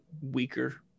weaker